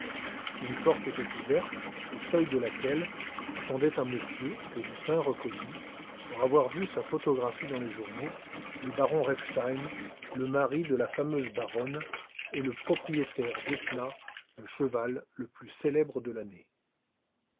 une porte était ouverte au seuil de laquelle attendait un monsieur que lupin reconnut pour avoir vu sa photographie dans les journaux le baron repstein le mari de la fameuse baronne et le propriétaire d etna le cheval le plus célèbre de l'année